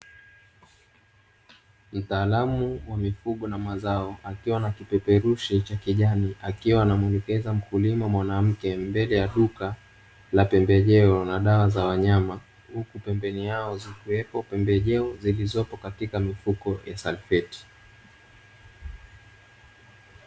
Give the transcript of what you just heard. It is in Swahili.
Mtaalamu wa mifugo na mazao akiwa na kipeperushi cha kijani, akiwa anamuelekeza mkulima mwanamke mbele ya duka la pembejeo na dawa za wanyama, huku pembeni yao zikiwepo pembejeo zilizopo katika mifuko ya salfeti.